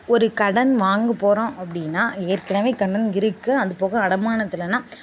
ஒரு கடன் வாங்கப் போகிறோம் அப்படின்னா ஏற்கனவே கடன் இருக்குது அதுபோக அடமானத்துலேனா